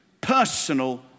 personal